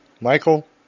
Michael